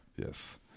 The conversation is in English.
Yes